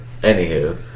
anywho